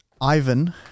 Ivan